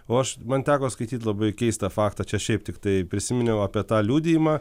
o aš man teko skaityt labai keistą faktą čia šiaip tiktai prisiminiau apie tą liudijimą